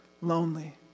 lonely